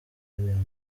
williams